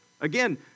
Again